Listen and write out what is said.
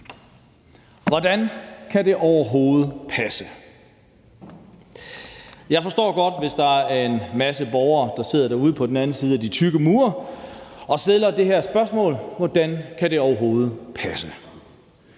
Hvordan kan det overhovedet passe? Jeg forstår godt, hvis der er en masse borgere, der sidder derude på den anden side af de tykke mure og stiller det her spørgsmål: Hvordan kan det overhovedet passe?